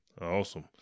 Awesome